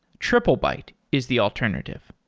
triplebyte is the alternative.